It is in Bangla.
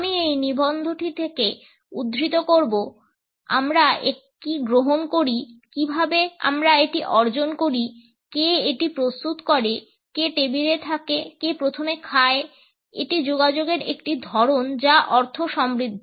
আমি এই নিবন্ধটি থেকে উদ্ধৃত করব আমরা কী গ্রহণ করি কীভাবে আমরা এটি অর্জন করি কে এটি প্রস্তুত করে কে টেবিলে থাকে কে প্রথমে খায় এটি যোগাযোগের একটি ধরন যা অর্থসমৃদ্ধ